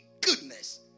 goodness